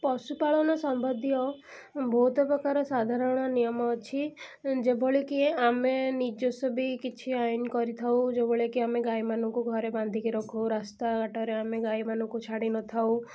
ପଶୁପାଳନ ସମ୍ବନ୍ଧୀୟ ବହୁତ ପ୍ରକାର ସାଧାରଣ ନିୟମ ଅଛି ଯେଭଳିକି ଆମେ ନିଜସ୍ୱ ବି କିଛି ଆଇନ୍ କରିଥାଉ ଯେଉଁଭଳି ଆମେ ଗାଈମାନଙ୍କୁ ଘରେ ବାନ୍ଧିକି ରଖୁ ରାସ୍ତା ଘାଟରେ ଆମେ ଗାଈମାନଙ୍କୁ ଛାଡ଼ିନଥାଉ